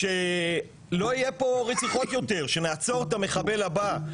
ושלא יהיו פה רציחות יותר, שנעצור את המחבל הבא.